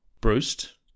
Bruce